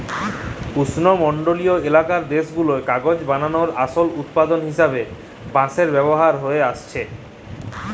উস্লমলডলিয় ইলাকার দ্যাশগুলায় কাগজ বালাবার আসল উৎপাদল হিসাবে বাঁশের ব্যাভার হঁয়ে আইসছে